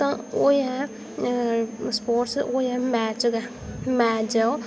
तां ओह् ऐ स्पोर्टस गै ओह् मैच ऐ